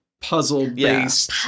puzzle-based